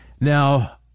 Now